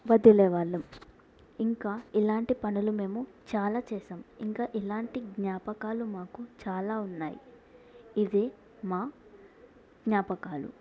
వదిలేవాళ్ళం ఇంకా ఇలాంటి పనులు మేము చాలా చేసాం ఇంకా ఇలాంటి జ్ఞాపకాలు మాకు చాలా ఉన్నాయి ఇదే మా జ్ఞాపకాలు